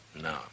No